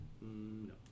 No